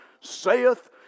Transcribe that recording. saith